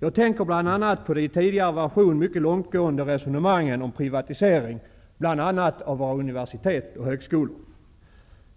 Jag tänker bl.a. på de i tidigare version mycket långtgående resonemangen om privatisering - bl.a. av våra universitet och högskolor.